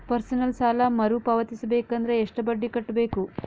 Personal ಸಾಲ ಮರು ಪಾವತಿಸಬೇಕಂದರ ಎಷ್ಟ ಬಡ್ಡಿ ಕಟ್ಟಬೇಕು?